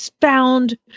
found